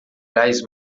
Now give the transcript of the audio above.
gás